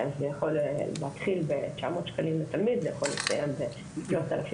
זה יכול להתחיל ב-900 שקלים לתלמיד ויכול להסתיים ב-3000-4000.